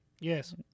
Yes